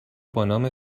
بانام